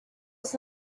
was